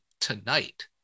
tonight